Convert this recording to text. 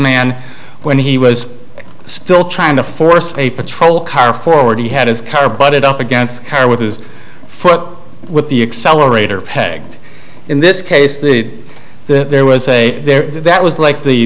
man when he was still trying to force a patrol car forward he had his car but it up against car with his foot with the excel rater peg in this case the the there was a there that was like the